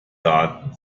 daten